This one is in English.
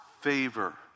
favor